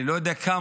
אני לא יודע כמה,